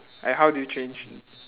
and how do you change